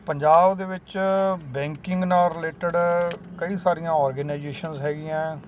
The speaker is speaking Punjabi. ਪੰਜਾਬ ਦੇ ਵਿੱਚ ਬੈਂਕਿੰਗ ਨਾਲ ਰਿਲੇਟਡ ਕਈ ਸਾਰੀਆਂ ਓਰਗੇਨਾਈਜੇਸ਼ਨਸ ਹੈਗੀਆਂ